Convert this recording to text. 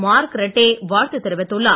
mark Rutte வாழ்த்து தெரிவித்துள்ளார்